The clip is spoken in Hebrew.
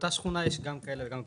באותה שכונה יש גם כאלה וגם כאלה.